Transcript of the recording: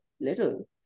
little